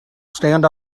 stand